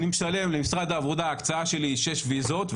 אני משלם למשרד העבודה לפי ההקצאה שלי שהיא שש ויזות,